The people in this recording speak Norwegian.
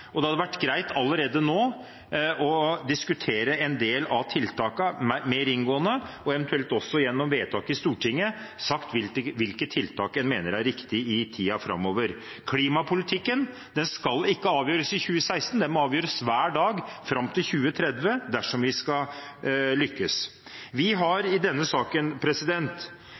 og det hadde vært greit allerede nå å diskutere en del av tiltakene mer inngående og eventuelt også gjennom vedtak i Stortinget sagt hvilke tiltak en mener er riktig i tiden framover. Klimapolitikken skal ikke avgjøres i 2016, den må avgjøres hver dag fram til 2030, dersom vi skal lykkes. Vi har